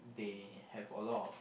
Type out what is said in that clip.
they have a lot of